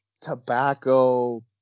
tobacco